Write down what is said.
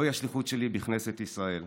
זוהי השליחות שלי בכנסת ישראל.